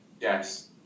Yes